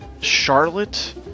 Charlotte